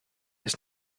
its